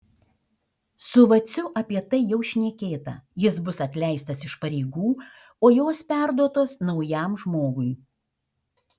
su vaciu apie tai jau šnekėta jis bus atleistas iš pareigų o jos perduotos naujam žmogui